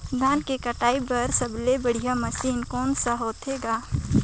धान के कटाई बर सबले बढ़िया मशीन कोन सा होथे ग?